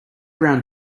brown